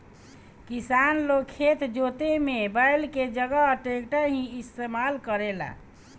किसान लोग खेत जोते में बैल के जगह ट्रैक्टर ही इस्तेमाल करेला